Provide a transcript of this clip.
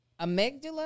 Amygdala